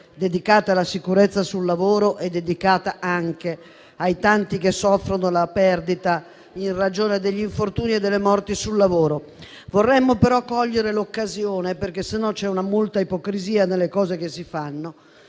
dedicate alla sicurezza sul lavoro e anche a favore dei tanti che soffrono la perdita in ragione degli infortuni e delle morti sul lavoro. Vorremmo però cogliere l'occasione - altrimenti c'è ipocrisia nelle cose che si fanno